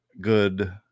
good